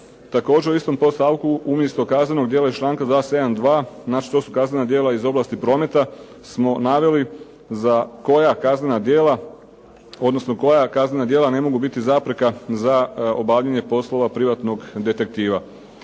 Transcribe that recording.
Također u istom tom stavku umjesto kaznenog djela iz članka 272. na što su kaznena djela iz oblasti prometa smo naveli za koja kaznena djela, odnosno koja kaznena djela ne mogu biti zapreka za obavljanje poslova privatnog detektiva.